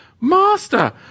Master